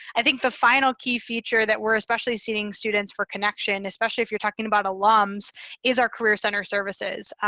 i think the final key feature that we're especially seeing students for connection, especially if you're talking about alums is our career center services.